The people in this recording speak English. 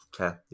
Okay